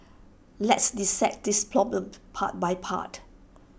let's dissect this problem part by part